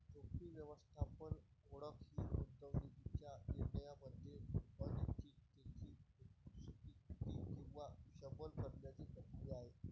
जोखीम व्यवस्थापन ओळख ही गुंतवणूकीच्या निर्णयामध्ये अनिश्चिततेची स्वीकृती किंवा शमन करण्याची प्रक्रिया आहे